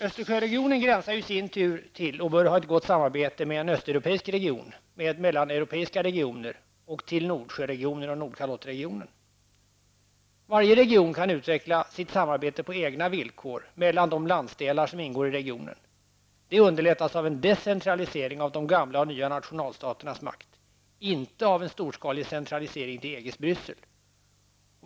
Östersjöregionen gränsar i sin tur till, och bör ha ett gott samarbete med, en östeuropeisk region, med mellaneuropeiska regioner och till Varje region kan utveckla sitt samarbete på egna villkor mellan de landsdelar som ingår i regionen. Det underlättas av en decentralisering av de gamla och nya nationalstaternas makt, inte av en storskalig centralisering till EGs Bryssel.